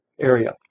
area